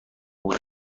بود